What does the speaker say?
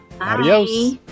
Adios